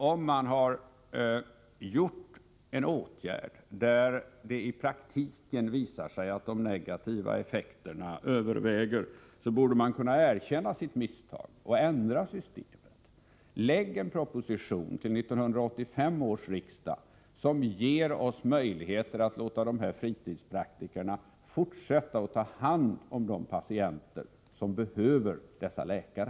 Om man har vidtagit en åtgärd och det i praktiken visar sig att de negativa effekterna överväger, borde man kunna erkänna sitt misstag och ändra systemet. Lägg fram en proposition till årets riksmöte, som ger oss möjligheter att låta de här fritidspraktikerna fortsätta att ta hand om de patienter som behöver dessa läkare!